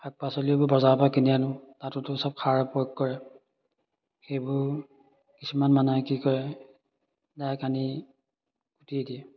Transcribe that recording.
শাক পাচলিবোৰ বজাৰৰ পৰা কিনি আনো তাতোতো চব সাৰ প্ৰয়োগ কৰে সেইবোৰ কিছুমান মানুহে কি কৰে ডাইৰেক্ট আনি কুটিয়ে দিয়ে